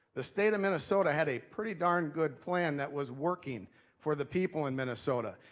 the state of minnesota had a pretty darn good plan that was working for the people in minnesota.